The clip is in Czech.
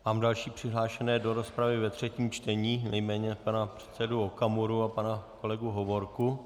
Mám další přihlášené do rozpravy ve třetím čtení, nejméně pana předsedu Okamuru a pana kolegu Hovorku